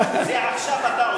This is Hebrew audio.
זה עכשיו אתה עושה.